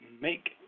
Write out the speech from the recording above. make